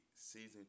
season